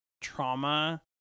trauma